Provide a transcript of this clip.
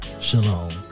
Shalom